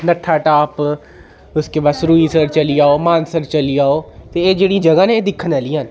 नत्थाटाप उसके बाद सुरईंसर चली जाओ मानसर चली जाओ ते एह् जेह्ड़ी जगह न एह् दिक्खने आह्लियां न